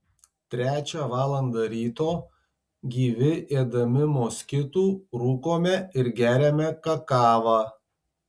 trečią valandą ryto gyvi ėdami moskitų rūkome ir geriame kakavą